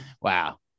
wow